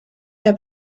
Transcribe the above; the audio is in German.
der